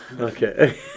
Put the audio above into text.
Okay